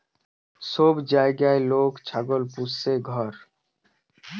সব জাগায় লোক ছাগল পুস্তিছে ঘর